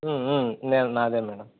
నేను నాదే మేడం